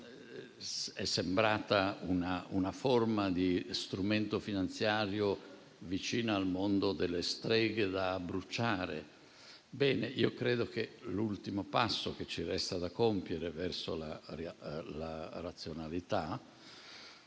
Sembrava uno strumento finanziario vicino al mondo delle streghe, da bruciare. Bene, io credo che sia l'ultimo passo che ci resta da compiere verso la razionalità.